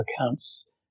accounts